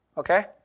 Okay